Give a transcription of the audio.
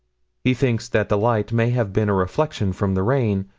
he thinks that the light may have been a reflection from the rain,